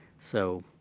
so,